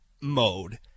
mode